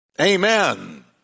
Amen